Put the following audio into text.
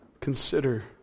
consider